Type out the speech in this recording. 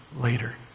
later